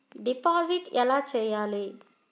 Deposit ఎలా చెయ్యాలి?